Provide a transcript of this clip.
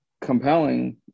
compelling